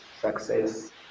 success